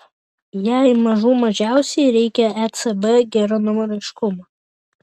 jai mažų mažiausiai reikia ecb geranoriškumo